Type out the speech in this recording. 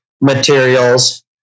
materials